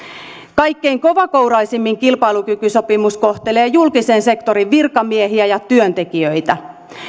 kaikkein kovakouraisimmin kilpailukykysopimus kohtelee julkisen sektorin virkamiehiä ja työntekijöitä